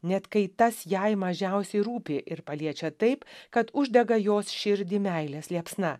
net kai tas jai mažiausiai rūpi ir paliečia taip kad uždega jos širdį meilės liepsna